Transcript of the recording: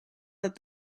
that